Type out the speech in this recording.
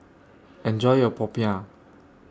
Enjoy your Popiah